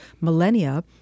millennia